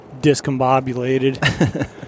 discombobulated